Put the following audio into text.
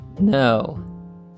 No